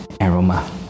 aroma